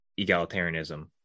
egalitarianism